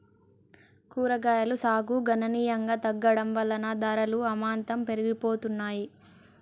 కూరగాయలు సాగు గణనీయంగా తగ్గడం వలన ధరలు అమాంతం పెరిగిపోతున్నాయి